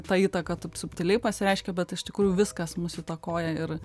ta įtaka taip subtiliai pasireiškia bet iš tikrųjų viskas mus įtakoja ir